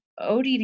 ODD